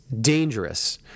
dangerous